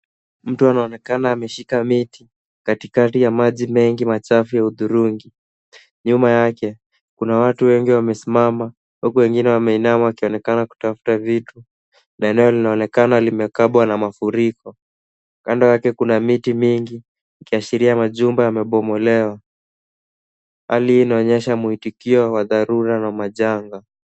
Mtu anaonekana ameshika mti katikati ya maji mengi machafu ya hudhurungi .Nyuma yake kuna watu wengi wamesimama huku wengine wamesimama wakionekana kutafuta vitu. Eneo limekabwa na mafuriko. Kando yake kuna miti mingi ikiashiria majumba yamebomolewa. Hali inaonyesha muitikio wa dharura na majanga.